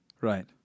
Right